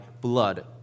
blood